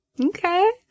Okay